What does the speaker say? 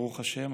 ברוך השם,